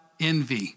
envy